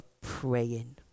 praying